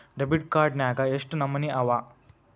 Debit card ನ್ಯಾಗ್ ಯೆಷ್ಟ್ ನಮನಿ ಅವ?